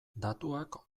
datuak